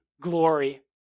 glory